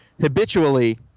habitually